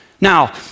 Now